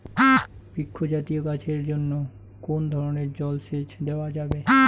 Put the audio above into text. বৃক্ষ জাতীয় গাছের জন্য কোন ধরণের জল সেচ দেওয়া যাবে?